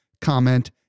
comment